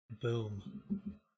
Boom